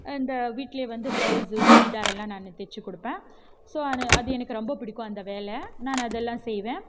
இந்த வீட்டிலயே வந்து பிளவுஸு சுடிதாரெல்லாம் நான் தச்சு கொடுப்பேன் ஸோ அணு அது எனக்கு ரொம்ப பிடிக்கும் அந்த வேலை நான் அதுலாம் செய்வேன்